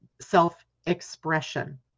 self-expression